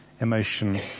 emotion